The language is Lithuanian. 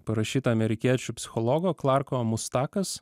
parašyta amerikiečių psichologo klarko mustakas